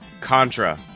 Contra